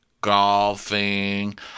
Golfing